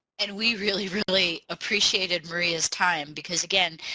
and we really really appreciated maria's time because again